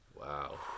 Wow